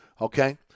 okay